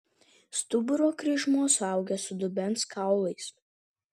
stuburo kryžmuo suaugęs su dubens kaulais